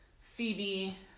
Phoebe